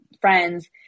friends